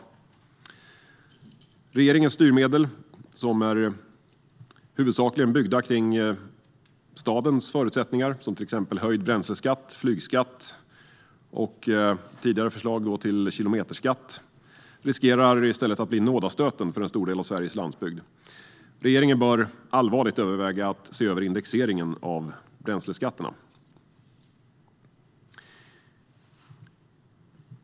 Regeringens styrmedel är huvudsakligen byggda kring stadens förutsättningar - till exempel höjd bränsleskatt, flygskatt och den tidigare föreslagna kilometerskatten - och riskerar i stället att bli nådastöten för en stor del av Sveriges landsbygd. Regeringen bör allvarligt överväga att se över indexeringen av bränsleskatterna.